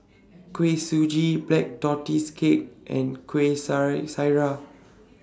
Kuih Suji Black Tortoise Cake and Kueh Syara